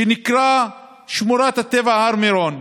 שטח שנקרא שמורת הטבע הר מירון,